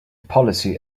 policy